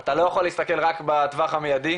אתה לא יכול להסתכל רק בטווח המיידי.